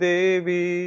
Devi